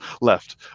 left